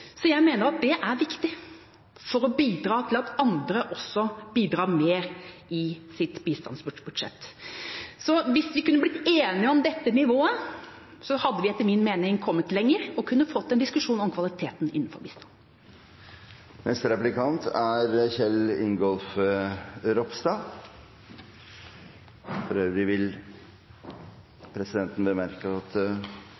Så jeg mener at det er viktig for å bidra til at andre også bidrar mer i sine bistandsbudsjett. Så hvis vi kunne blitt enige om dette nivået, hadde vi etter min mening kommet lenger og kunne fått en diskusjon om kvaliteten innenfor bistanden. Neste replikant er representanten Kjell Ingolf Ropstad. For øvrig